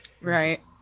Right